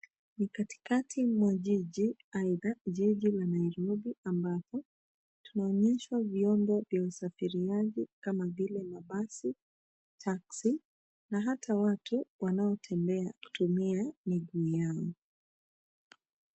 Ni katikati mwa jiji, aidha jiji la Nairobi ambapo tunaonyeshwa vyombo vya usafiriaji kama vile mabasi, taxi na hata watu wanaotembea kutumia miguu yao.